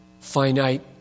finite